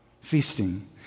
feasting